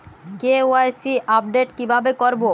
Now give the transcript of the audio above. KYC update কিভাবে করবো?